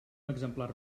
exemplar